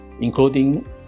including